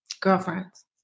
Girlfriends